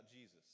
Jesus